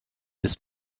ist